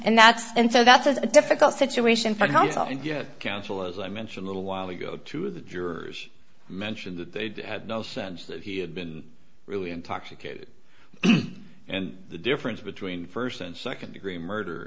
and that's and so that's a difficult situation for himself and yet counsel as i mentioned little while ago to the jurors mentioned that they had no sense that he had been really intoxicated and the difference between first and second degree murder